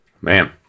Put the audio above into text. man